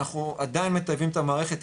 אנחנו עדיין מטייבים את המערכת,